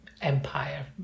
empire